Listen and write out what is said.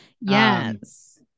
Yes